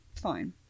Fine